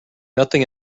nothing